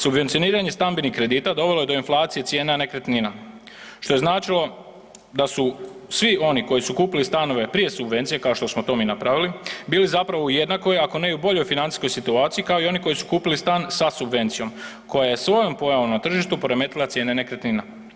Subvencioniranje stambenih kredita dovelo je do inflacije cijena nekretnina, što ja značilo da su svi oni koji su kupili stanove prije subvencije kao što smo to mi napravili bili zapravo u jednakoj, ako ne u boljoj financijskoj situaciji kao i oni koji su kupili stan sa subvencijom koja je svojom pojavom na tržištu poremetila cijene nekretnina.